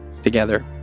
together